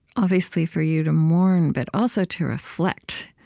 obviously, for you to mourn, but also to reflect.